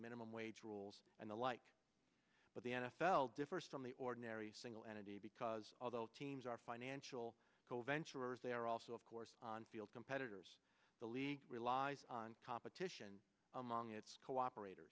minimum wage rules and the like but the n f l differs from the ordinary single entity because although teams are financial goal venturers they are also of course on field competitors the league relies on competition among its cooperat